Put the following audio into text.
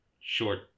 short